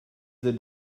the